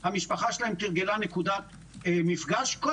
האם המשפחה שלהם תרגלה נקודת מפגש כל